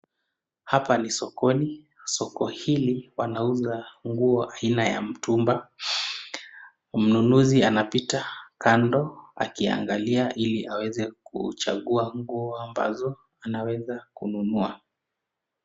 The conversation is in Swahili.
Hapa Ni sokoni ,Soko hili wanauza nguo aina ya mtumba ,mnunuzi anapita kando akiangalia ili aweze kuchangua nguo ambazo anaweza kununua.